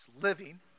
Living